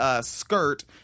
skirt